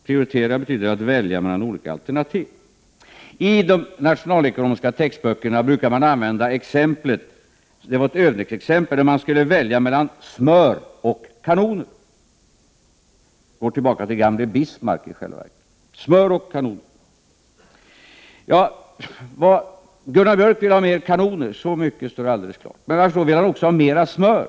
Prioritering betyder att välja mellan olika alternativ. I de nationalekonomiska textböckerna brukar man använda ett övningsexempel där läsaren skall välja mellan smör och kanoner. Det går i själva verket tillbaka till den gamle Bismarck. Gunnar Björk vill ha mer kanoner, så mycket står alldeles klart. Men han vill också ha mer smör.